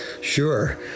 Sure